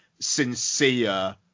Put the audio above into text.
sincere